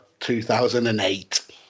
2008